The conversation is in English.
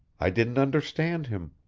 i didn't understand him.